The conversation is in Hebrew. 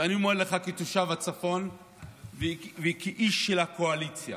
ואני אומר לך כתושב הצפון וכאיש של הקואליציה